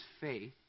faith